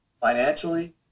financially